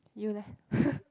you leh